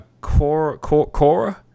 Cora